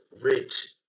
Rich